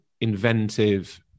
inventive